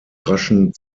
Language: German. raschen